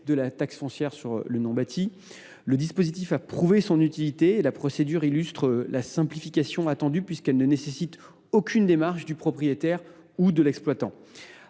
de la taxe foncière sur le non bâti. Le dispositif a prouvé son utilité. La procédure illustre la simplification attendue : aucune démarche du propriétaire ou de l’exploitant